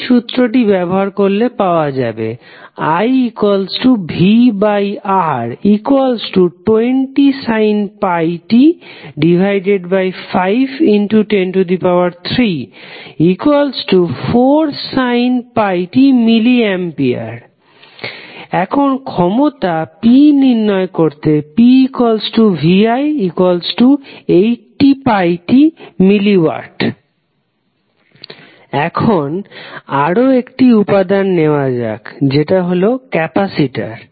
এই সূত্রটি ব্যবহার করলে পাওয়া যাবে ivR20sin πt 51034sin πt milliampere এখন ক্ষমতা p নির্ণয় করতে pvi80πt মিলি ওয়াট এখন আরও একটি উপাদান নেওয়া যাক যেটা হলো ক্যাপাসিটর